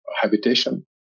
habitation